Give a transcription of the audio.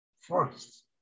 first